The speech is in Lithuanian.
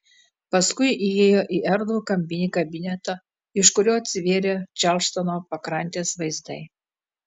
paskui įėjo į erdvų kampinį kabinetą iš kurio atsivėrė čarlstono pakrantės vaizdai